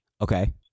Okay